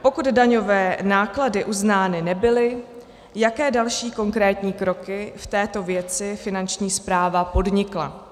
Pokud daňové náklady uznány nebyly, jaké další konkrétní kroky v této věci Finanční správa podnikla?